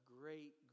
great